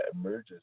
emerges